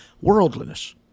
worldliness